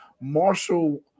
Marshall –